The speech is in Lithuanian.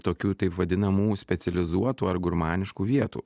tokių taip vadinamų specializuotų ar gurmaniškų vietų